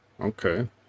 okay